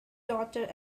daughter